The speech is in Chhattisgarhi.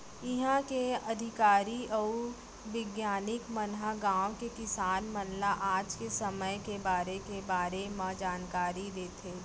इहॉं के अधिकारी अउ बिग्यानिक मन ह गॉंव के किसान मन ल आज के समे के करे के बारे म जानकारी देथे